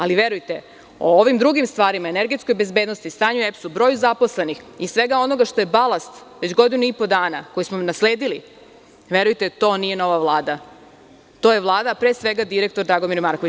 Ali, verujte o ovim drugim stvarima, energetskoj bezbednosti, stanju u EPS, broju zaposlenih i svega onoga što je balast već godinu i po dana koji smo mi nasledili, verujte to nije nova Vlada, to je Vlada, pre svega direktor Dragomir Marković.